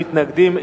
נמנעים.